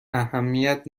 اهمیت